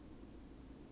that's how we